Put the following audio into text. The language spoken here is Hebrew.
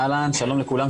אהלן, שלום לכולם.